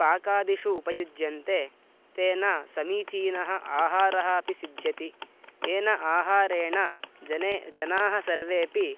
पाकादिषु उपयुज्यन्ते तेन समीचीनः आहारः अपि सिध्यति येन आहारेण जने जनाः सर्वेपि